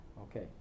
Okay